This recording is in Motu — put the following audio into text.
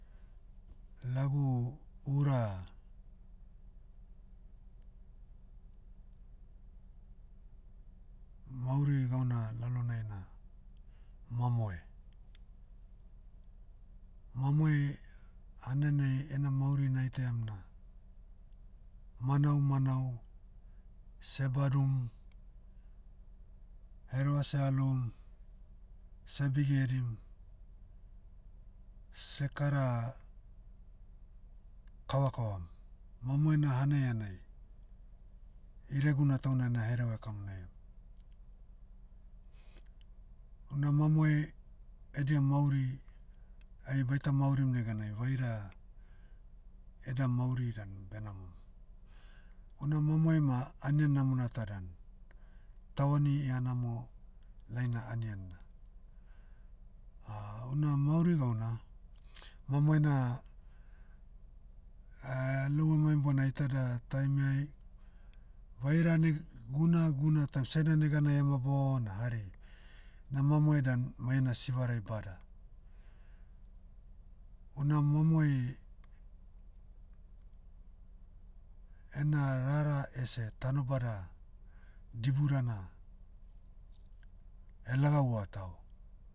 Lagu ura, mauri gauna lalonai na, mamoe. Mamoe, hanenai, ena mauri naitaiam na, manau manau, seh badum, hereva seha loum, seg bigi hedim, seh kara, kava kavam. Mamoe na hanai hanai, ireguna tauna na hereva ekamonaiam. Una mamoe, edia mauri, ai baita maurim neganai vaira, eda mauri dan benamom. Una mamoe ma anian namona ta dan. Tauani ihanamo, laina anian na. una mauri gauna, mamoe na, laou emaim bona iteda taimiai, vaira neg- guna guna taim, sene neganai ema bona hari, na mamoe dan mai ena sivarai bada. Una mamoe, ena rara ese tanobada, diburana, lagaua tao,